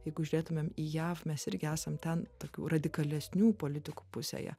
jeigu žiūrėtumėm į jav mes irgi esam ten tokių radikalesnių politikų pusėje